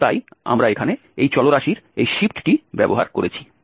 এবং তাই আমরা এখানে এই চলরাশির এই শিফটটি ব্যবহার করেছি